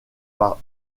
par